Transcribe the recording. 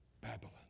Babylon